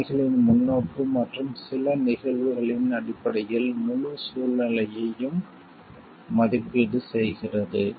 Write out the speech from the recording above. கடமைகளின் முன்னோக்கு மற்றும் சில நிகழ்வுகளின் அடிப்படையில் முழு சூழ்நிலையையும் மதிப்பீடு செய்கிறது